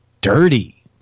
dirty